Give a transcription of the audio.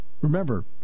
Remember